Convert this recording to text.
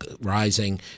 rising